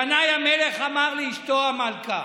ינאי המלך אמר לאשתו המלכה